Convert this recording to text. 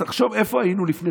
תחשוב איפה היינו לפני